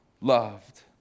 loved